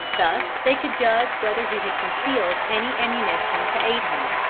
thus they could judge whether he had concealed any ammunition to aid him,